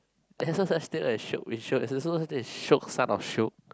there's no such thing as shiok-bin-shiok there is also no such thing as shiok son of shiok